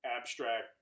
abstract